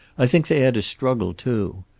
i think they had a struggle, too.